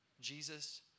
Jesus